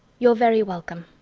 you're very welcome!